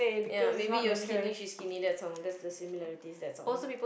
ya maybe you're skinny she's skinny that's all that's the similarities that's all